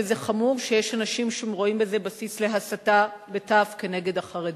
וזה חמור שיש אנשים שרואים בזה בסיס להסתה כנגד החרדים.